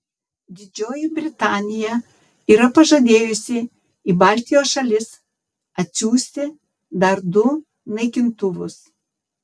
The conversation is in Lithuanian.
didžioji britanija yra pažadėjusi į baltijos šalis atsiųsti dar du naikintuvus